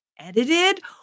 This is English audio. edited